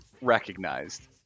recognized